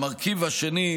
המרכיב השני,